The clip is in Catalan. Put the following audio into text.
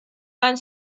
van